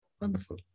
Wonderful